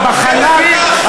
בחלל,